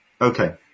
Okay